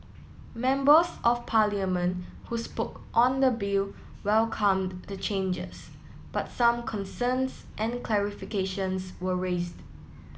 members of parliament who spoke on the bill welcomed the changes but some concerns and clarifications were raised